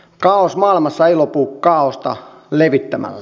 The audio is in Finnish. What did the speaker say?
kaaos maailmassa ei lopu kaaosta levittämällä